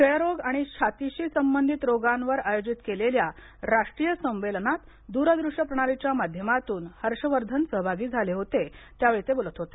क्षयरोग आणि छातीशी संबंधित रोगावर आयोजित केलेल्या राष्ट्रीय संमेलनात दुरदृष्य प्रणालीच्या माध्यमातून हर्षवर्धन सहभागी झाले होते त्यावेळी ते बोलत होते